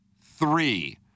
three